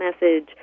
message